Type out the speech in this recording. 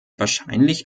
wahrscheinlich